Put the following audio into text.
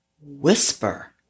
whisper